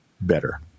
better